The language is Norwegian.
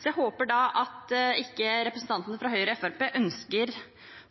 Så jeg håper da at ikke representantene fra Høyre og Fremskrittspartiet ønsker